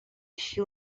així